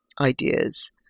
ideas